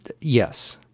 yes